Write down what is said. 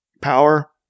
power